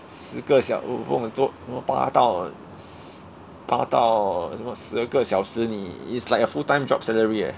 十个小我我不懂多什么八到 uh 八到什么十二个小时你 is like a full time job salary eh